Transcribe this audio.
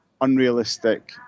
unrealistic